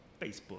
Facebook